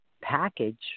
package